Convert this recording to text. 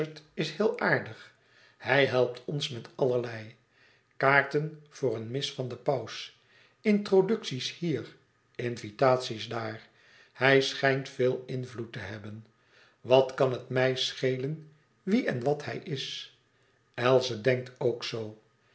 is heel aardig hij helpt ons met allerlei kaarten voor een mis van de paus introducties hier invitaties daar hij schijnt veel invloed te hebben wat kan het mij schelen wie en wat hij is else denkt ook zoo